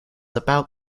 about